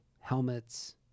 helmets